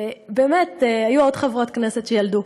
באמת, היו עוד חברות כנסת שילדו.